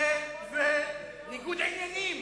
זאת לא הגינות, זה, וניגוד עניינים.